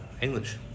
English